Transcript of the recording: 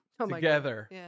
Together